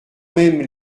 même